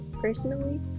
personally